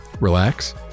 relax